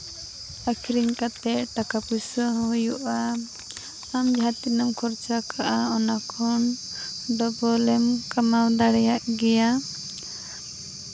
ᱟᱹᱠᱷᱨᱤᱧ ᱠᱟᱛᱮᱫ ᱴᱟᱠᱟ ᱯᱩᱭᱥᱟᱹ ᱦᱚᱸ ᱦᱩᱭᱩᱜᱼᱟ ᱟᱢ ᱡᱟᱦᱟᱸ ᱛᱤᱱᱟᱹᱜᱼᱮᱢ ᱠᱷᱚᱨᱪᱟ ᱠᱟᱜᱼᱟ ᱚᱱᱟ ᱠᱷᱚᱱ ᱰᱚᱵᱚᱞᱮᱢ ᱠᱟᱢᱟᱣ ᱫᱟᱲᱮᱭᱟᱜ ᱜᱮᱭᱟ